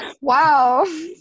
Wow